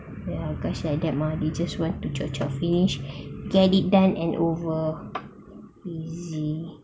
ya guys like that mah they just want to chop chop finish get it done and over easy